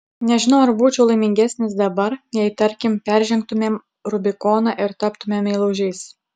nežinau ar būčiau laimingesnis dabar jei tarkim peržengtumėm rubikoną ir taptumėm meilužiais